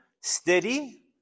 steady